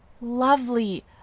lovely